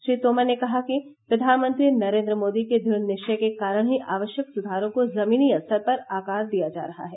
श्री तोमर ने कहा कि प्रधानमंत्री नरेन्द्र मोदी के दृढ़ निश्चय के कारण ही आवश्यक सुधारों को जमीनी स्तर पर आकार दिया जा रहा है